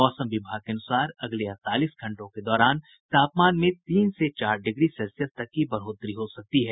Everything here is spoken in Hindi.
मौसम विभाग के अनुसार अगले अड़तालीस घंटों के दौरान तापमान में तीन से चार डिग्री सेल्सियस तक की बढ़ोतरी हो सकती है